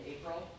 April